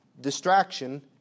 distraction